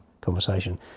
conversation